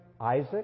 Isaac